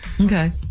Okay